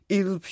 il